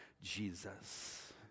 Jesus